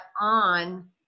on